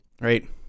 right